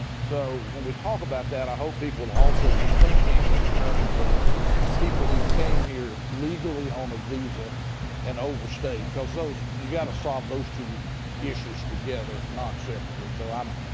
so when we talk about that, i hope people will also be thinking in terms of people who came here legally on a visa and overstayed, because those you got to solve those two issues together, not separately. so i'm